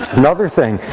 another thing,